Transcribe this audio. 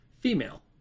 female